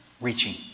reaching